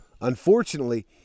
Unfortunately